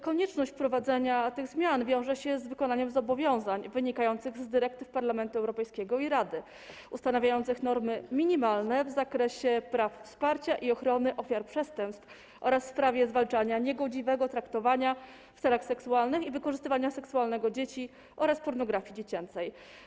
Konieczność wprowadzenia tych zmian wiąże się z wykonaniem zobowiązań wynikających z dyrektyw Parlamentu Europejskiego i Rady: ustanawiającej normy minimalne w zakresie praw, wsparcia i ochrony ofiar przestępstw oraz w sprawie zwalczania niegodziwego traktowania w celach seksualnych i wykorzystywania seksualnego dzieci oraz pornografii dziecięcej.